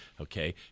Okay